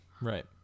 right